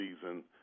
season